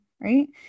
Right